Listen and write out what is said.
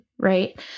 Right